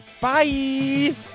bye